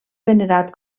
venerat